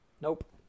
Nope